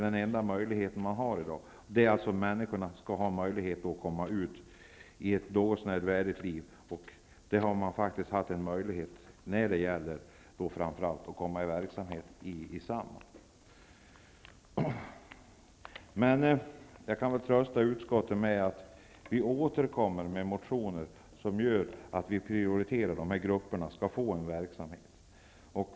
Den enda möjlighet de har i dag är att få arbete inom Samhall. Jag kan trösta utskottet med att vi återkommer med motioner där vi begär att dessa grupper skall prioriteras.